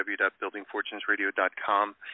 www.buildingfortunesradio.com